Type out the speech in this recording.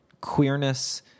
queerness